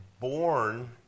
born